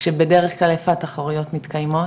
כשבדרך כלל איפה התחרויות מתקיימות?